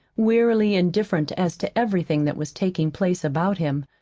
wearily indifferent as to everything that was taking place about him,